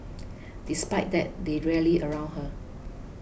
despite that they rallied around her